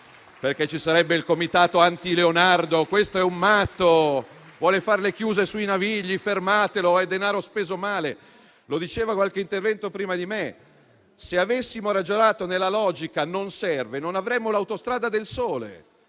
Ci sarebbe il comitato anti Leonardo: questo è un matto, vuole fare le chiuse sui Navigli, fermatelo, è denaro speso male. Come diceva qualche senatore intervenuto prima di me, se avessimo ragionato nella logica del «non serve» non avremmo l'Autostrada del Sole.